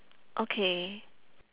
okay